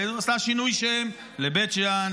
ועשה שינוי שם לבית שאן,